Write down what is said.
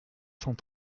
cent